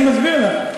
תקשיבי, אני מסביר לך.